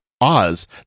oz